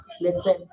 listen